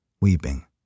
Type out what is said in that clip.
weeping